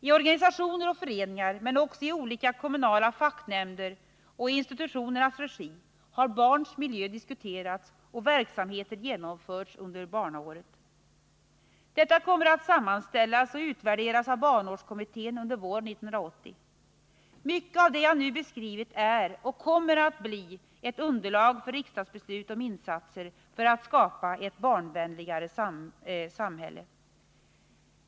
I organisationer och föreningar men också i de olika kommunala facknämnderna och i institutionernas regi har barns miljö diskuterats och verksamheter genomförts under barnåret. Detta kommer att sammanställas och utvärderas av barnårskommittén under våren 1980. Mycket av det jag nu beskrivit är och kommer att bli ett underlag för riksdagsbeslut om insatser för att skapa ett barnvänligare samhälle.